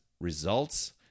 results